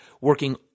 Working